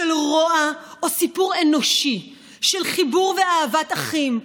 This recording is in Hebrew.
של רוע או סיפור אנושי של חיבור ואהבת אחים,